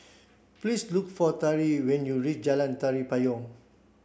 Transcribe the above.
please look for Tari when you reach Jalan Tari Payong